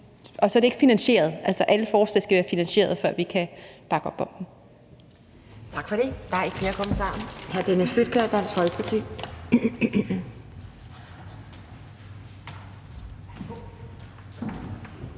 Og så er det ikke finansieret. Alle forslag skal være finansieret, før vi kan bakke op om dem.